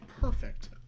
perfect